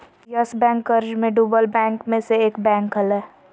yes Bank कर्ज मे डूबल बैंक मे से एक बैंक हलय